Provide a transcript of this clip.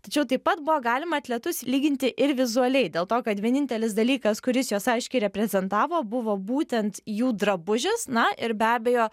tačiau taip pat buvo galima atletus lyginti ir vizualiai dėl to kad vienintelis dalykas kuris juos aiškiai reprezentavo buvo būtent jų drabužis na ir be abejo